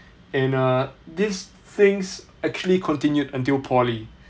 and uh these things actually continued until poly